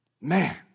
Man